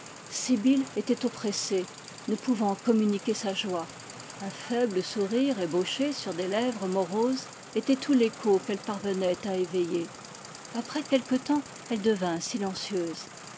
sibyl était oppressée ne pouvant communiquer sa joie un faible sourire ébauché sur des lèvres moroses était tout l'écho qu'elle parvenait à éveiller après quelque temps elle devint silencieuse